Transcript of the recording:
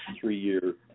three-year